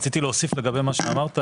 רציתי להוסיף לגבי מה שאמרת